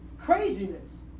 craziness